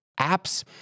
apps